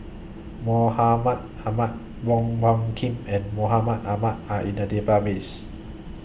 Mahmud Ahmad Wong Hung Khim and Mahmud Ahmad Are in The Database